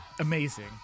Amazing